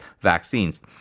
vaccines